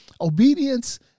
Obedience